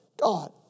God